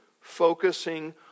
focusing